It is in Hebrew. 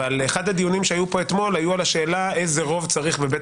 אבל אחד מהדיונים שהיו פה אתמול היה על השאלה איזה רוב צריך בבית